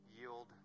yield